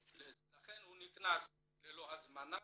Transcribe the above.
לכן הוא נכנס ללא הזמנה,